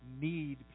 need